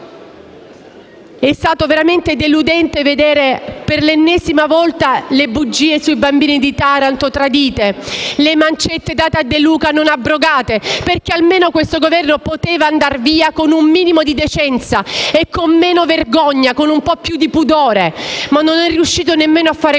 È stato veramente deludente vedere per l'ennesima volta le promesse sui bambini di Taranto tradite, le mancette date a De Luca non abrogate, perché almeno questo Governo poteva andare via con un minimo di decenza e con meno vergogna, con un po' più di pudore, ma non è riuscito nemmeno a fare questo.